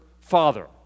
father